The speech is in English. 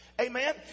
Amen